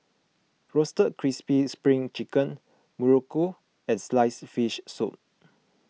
Roasted Crispy Spring Chicken Muruku and Sliced Fish Soup